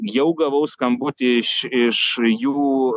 jau gavau skambutį iš iš jų